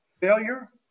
failure